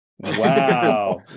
Wow